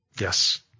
Yes